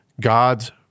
God's